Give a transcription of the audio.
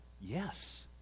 yes